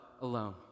alone